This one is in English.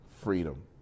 freedom